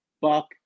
Buck